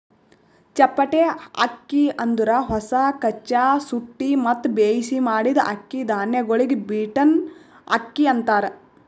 ಚಪ್ಪಟೆ ಅಕ್ಕಿ ಅಂದುರ್ ಹೊಸ, ಕಚ್ಚಾ, ಸುಟ್ಟಿ ಮತ್ತ ಬೇಯಿಸಿ ಮಾಡಿದ್ದ ಅಕ್ಕಿ ಧಾನ್ಯಗೊಳಿಗ್ ಬೀಟನ್ ಅಕ್ಕಿ ಅಂತಾರ್